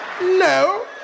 no